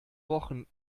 wochen